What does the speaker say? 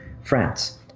France